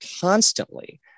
constantly